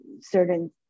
certain